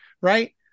Right